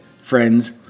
friends